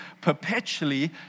perpetually